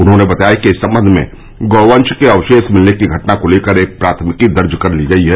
उन्हॉने बताया कि इस संबंध में गौवंश के अवशेष मिलने की घटना को लेकर एक प्राथमिकी दर्ज कर ती गई है